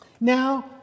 Now